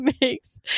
makes